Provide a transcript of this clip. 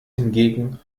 hingegen